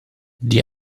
die